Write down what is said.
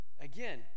Again